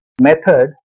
method